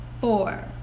four